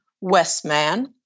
Westman